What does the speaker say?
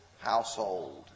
household